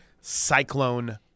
Cyclone